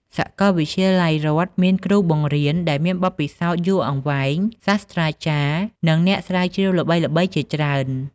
សាកលវិទ្យាល័យរដ្ឋមានគ្រូបង្រៀនដែលមានបទពិសោធន៍យូរអង្វែង សាស្ត្រាចារ្យ និងអ្នកស្រាវជ្រាវល្បីៗជាច្រើន។